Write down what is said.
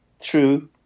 true